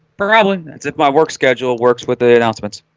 probably that's if my work schedule works with the announcements.